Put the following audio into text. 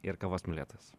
ir kavos mylėtojas